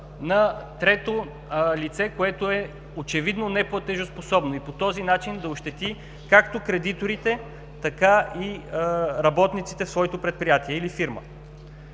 на трето лице, което очевидно е неплатежоспособно, и по този начин да ощети както кредиторите, така и работниците в своето предприятие или фирма.